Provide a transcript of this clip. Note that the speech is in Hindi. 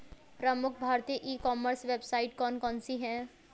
प्रमुख भारतीय ई कॉमर्स वेबसाइट कौन कौन सी हैं?